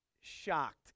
shocked